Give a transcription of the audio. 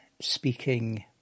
speaking